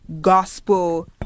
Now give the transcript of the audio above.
gospel